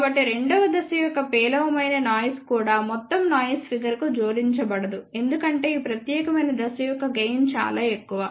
కాబట్టి రెండవ దశ యొక్క పేలవమైన నాయిస్ కూడా మొత్తం నాయిస్ ఫిగర్ కు జోడించబడదు ఎందుకంటే ఈ ప్రత్యేక దశ యొక్క గెయిన్ చాలా ఎక్కువ